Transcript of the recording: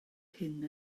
hyn